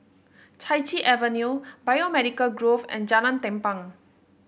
Chai Chee Avenue Biomedical Grove and Jalan Tampang